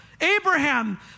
Abraham